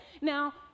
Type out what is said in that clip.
Now